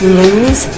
lose